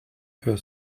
her